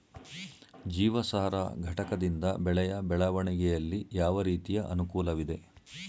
ಜೀವಸಾರ ಘಟಕದಿಂದ ಬೆಳೆಯ ಬೆಳವಣಿಗೆಯಲ್ಲಿ ಯಾವ ರೀತಿಯ ಅನುಕೂಲವಿದೆ?